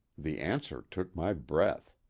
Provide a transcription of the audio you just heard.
the answer took my breath